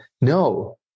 no